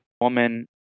woman